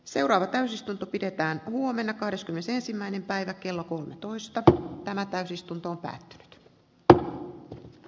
seuraava täysistunto pidetään huomenna kahdeskymmenesensimmäinen päivä kello kolmetoista pidettävä täysistunto päättynyt r ville eteenpäinviemiseksi